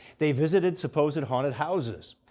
they visited supposed haunted houses.